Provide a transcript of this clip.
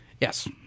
Yes